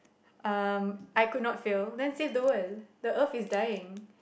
um I could not fail then save the world the Earth is dying